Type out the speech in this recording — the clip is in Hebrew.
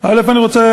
היושבת-ראש,